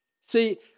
See